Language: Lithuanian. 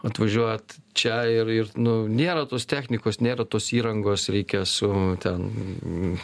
atvažiuot čia ir ir nu nėra tos technikos nėra tos įrangos reikia su ten